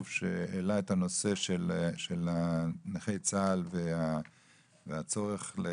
שהעלה את הנושא של נכי צה"ל והצורך לשפר את